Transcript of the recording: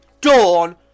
dawn